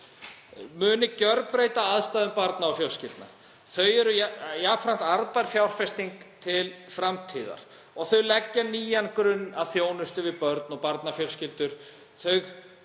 muni gjörbreyta aðstæðum barna og fjölskyldna. Þau eru jafnframt arðbær fjárfesting til framtíðar og þau leggja nýjan grunn að þjónustu við börn og barnafjölskyldur.